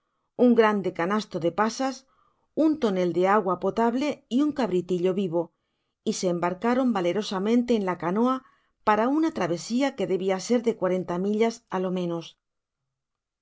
un grande canasto de pasas un tonel de agua potable y un cabritillo vivo y se embarcaron valerosamente en la canoa para una travesia que debia ser de cuarenta millas á le menos